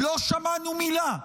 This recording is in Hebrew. לא שמענו מילה.